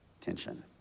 tension